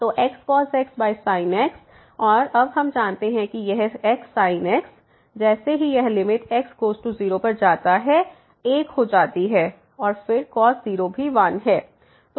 तो xcos x sin x और अब हम जानते हैं कि यह xsin x जैसे ही यह लिमिट x गोज़ टू 0 पर जाता है 1 हो जाती है और फिर cos 0 भी 1 है